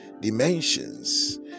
dimensions